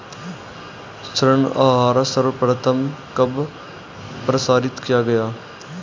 ऋण आहार सर्वप्रथम कब प्रसारित किया गया?